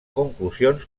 conclusions